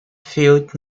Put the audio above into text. field